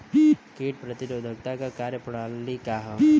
कीट प्रतिरोधकता क कार्य प्रणाली का ह?